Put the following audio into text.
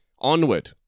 onward